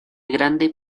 grande